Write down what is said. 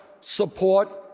support